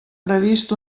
previst